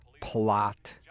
plot